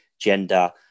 gender